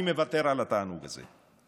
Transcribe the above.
אני מוותר על התענוג הזה.